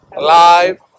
Live